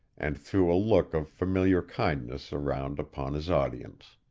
and threw a look of familiar kindness around upon his audience.